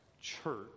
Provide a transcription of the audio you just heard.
church